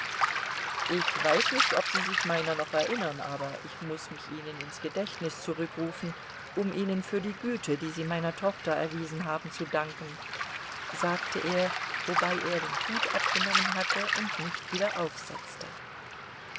ich weiß nicht ob sie sich meiner noch erinnern aber ich muß mich ihnen ins gedächtnis zurückrufen um ihnen für die güte die sie meiner tochter erwiesen haben zu danken sagte er wobei er den hut ab genommen hatte und nicht wieder aufsetzte